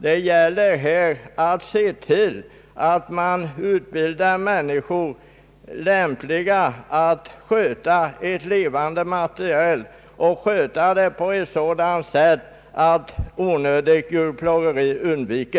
Det gäller här att se till att man utbildar människor till att kunna sköta ett levande material och sköta det på ett sådant sätt att onödigt djurplågeri undviks.